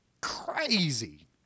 crazy